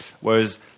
Whereas